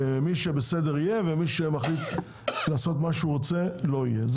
מי שבסדר יהיה ומי שמחליט לעשות מה שהוא רוצה לא יהיה,